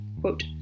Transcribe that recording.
Quote